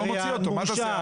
אני לא מוציא אותו מה תעשה אז?